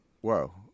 whoa